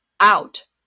out